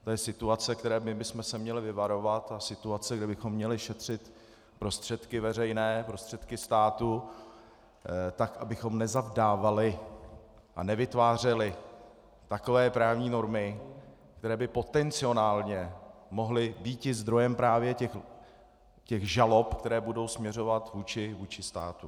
To je situace, které my bychom se měli vyvarovat, a situace, kde bychom měli šetřit prostředky veřejné, prostředky státu tak, abychom nezavdávali a nevytvářeli takové právní normy, které by potenciálně mohly býti zdrojem právě těch žalob, které budou směřovat vůči státu.